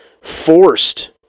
forced